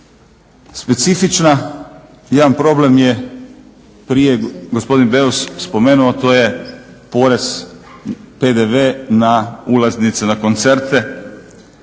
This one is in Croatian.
specifična. Jedan problem je, prije je gospodin Beus spomenuo, to je PDV na ulaznice na koncerte.